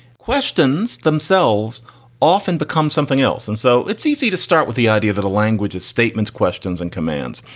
questions themselves often become something else. and so it's easy to start with the idea that a language of statements, questions and commands.